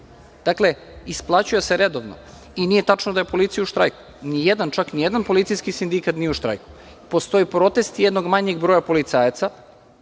Dakle, isplaćuje se redovno. Nije tačno da je policija u štrajku. Čak nijedan policijski sindikat nije u štrajku. Postoji protest jednog manjeg broja policajaca.